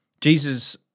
Jesus